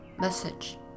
Message